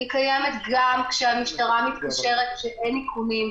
היא קיימת גם כשהמשטרה מתקשרת כשאין איכונים,